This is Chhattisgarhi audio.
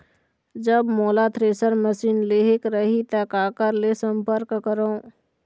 जब मोला थ्रेसर मशीन लेहेक रही ता काकर ले संपर्क करों?